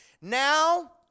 Now